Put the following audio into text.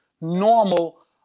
normal